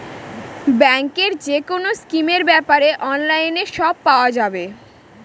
ব্যাঙ্কের যেকোনো স্কিমের ব্যাপারে অনলাইনে সব পাওয়া যাবে